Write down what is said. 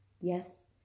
Yes